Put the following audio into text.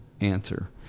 answer